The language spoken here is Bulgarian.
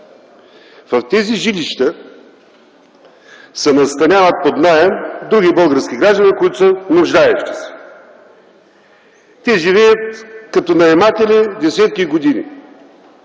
В тези жилища се настаняват под наем други български граждани, които са нуждаещи се. Те живеят като наематели десетки години.